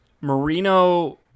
Marino